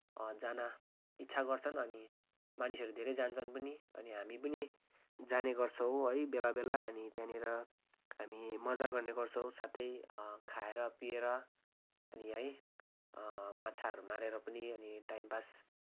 जान इच्छा गर्छन् अनि मानिसहरू धेरै जान्छन् पनि अनि हामी पनि जाने गर्छौँ है बेला बेला अनि त्यहाँनिर हामी मजा गर्ने गर्छौँ साथै खाएर पिएर अनि है माछाहरू मारेर पनि अनि टाइम पास